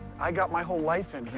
i got my whole life in